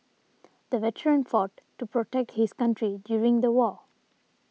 the veteran fought to protect his country during the war